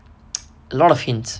a lot of hints